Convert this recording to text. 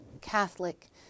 Catholic